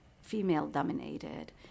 female-dominated